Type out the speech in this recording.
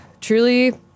truly